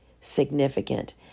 significant